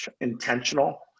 intentional